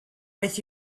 with